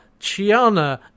Chiana